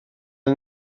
yng